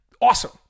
awesome